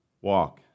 walk